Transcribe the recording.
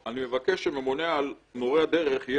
אני מבקש שהממונה על מורי הדרך יהיה